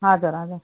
हजुर हजुर